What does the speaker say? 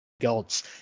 gods